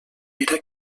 era